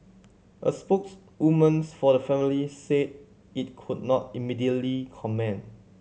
a spokeswoman's for the family said it could not immediately comment